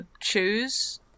choose